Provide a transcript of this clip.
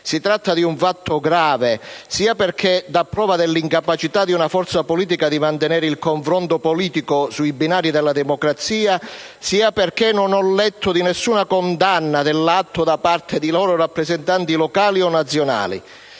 Si tratta di un fatto grave, sia perché dà prova dell'incapacità di una forza politica di mantenere il confronto politico sui binari della democrazia, sia perché non ho letto di alcuna condanna dell'atto da parte di loro rappresentanti locali o nazionali.